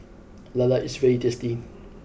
Lala is very tasty